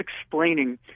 explaining